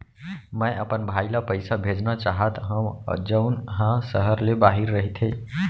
मै अपन भाई ला पइसा भेजना चाहत हव जऊन हा सहर ले बाहिर रहीथे